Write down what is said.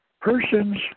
persons